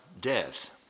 death